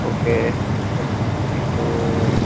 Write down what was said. okay మీకు